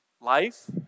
life